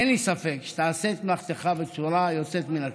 אין לי ספק שתעשה את מלאכתך בצורה יוצאת מן הכלל.